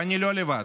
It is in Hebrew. ואני לא לבד.